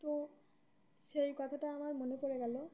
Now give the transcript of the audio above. তো সেই কথাটা আমার মনে পড়ে গেলো